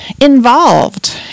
involved